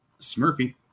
Smurfy